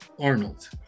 arnold